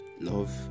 love